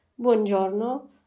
buongiorno